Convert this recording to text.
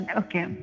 okay